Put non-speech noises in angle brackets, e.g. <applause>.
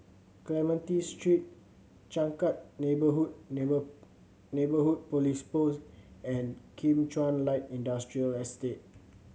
Clementi Street Changkat Neighbourhood <unintelligible> Neighbourhood Police Post and Kim Chuan Light Industrial Estate